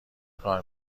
کار